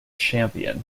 champion